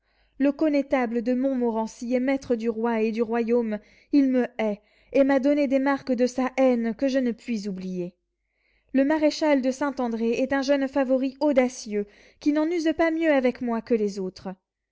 le connétable de montmorency est maître du roi et du royaume il me hait et m'a donné des marques de sa haine que je ne puis oublier le maréchal de saint-andré est un jeune favori audacieux qui n'en use pas mieux avec moi que les autres